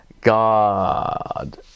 God